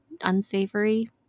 unsavory